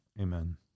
Amen